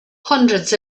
hundreds